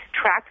track